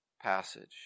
passage